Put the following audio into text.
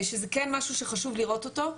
שזה כן משהו שחשוב לראות אותו.